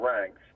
ranks